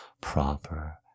proper